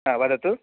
अ वदतु